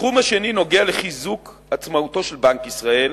התחום השני נוגע לחיזוק עצמאותו של בנק ישראל